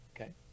Okay